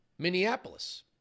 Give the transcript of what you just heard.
Minneapolis